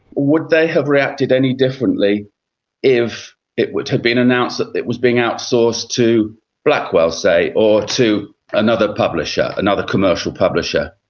would they have reacted any differently if it had been announced that it was being outsourced to blackwells, say, or to another publisher, another commercial publisher?